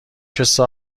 کسی